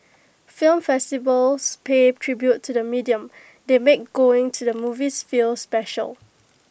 film festivals pay tribute to the medium they make going to the movies feel special